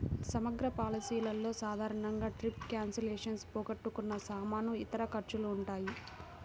సమగ్ర పాలసీలలో సాధారణంగా ట్రిప్ క్యాన్సిలేషన్, పోగొట్టుకున్న సామాను, ఇతర ఖర్చులు ఉంటాయి